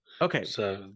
Okay